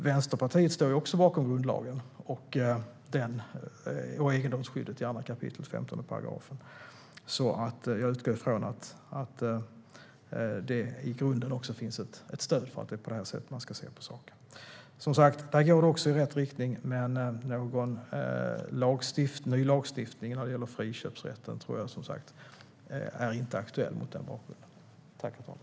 Vänsterpartiet står ju också bakom grundlagen och egendomsskyddet i 2 kap. 15 §, så jag utgår ifrån att det i grunden också finns ett stöd för att det är så här man ska se på saken. Det går som sagt var i rätt riktning även här, men någon ny lagstiftning när det gäller friköpsrätten är alltså inte aktuell mot den bakgrunden.